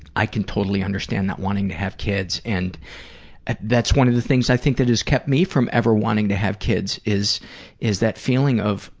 i can totally understand that wanting to have kids and that's one of the things i think has kept me from ever wanting to have kids is is that feeling of,